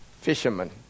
fishermen